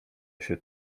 się